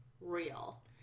real